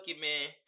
man